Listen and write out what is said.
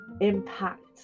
impact